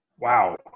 wow